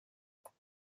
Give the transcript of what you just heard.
können